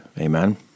Amen